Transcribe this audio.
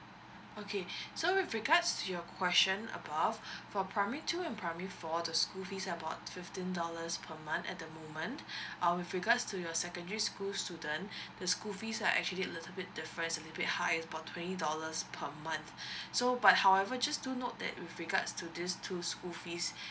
okay so with regards to your question above for primary two to primary four the school is about fifteen dollars per month at the moment uh with regards to your secondary school student the school fees are actually a little bit difference a little bit high about twenty dollars per month so but however just do note that with regards to this two school fees